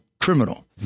criminal